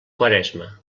quaresma